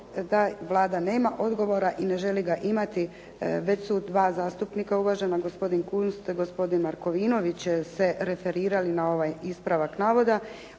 da Vlada nema odgovora i ne želi ga imati. Već su dva zastupnika uvažena gospodin Kunst, gospodin Markovinović se referirali na ovaj ispravak navoda,